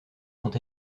sont